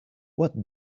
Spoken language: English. what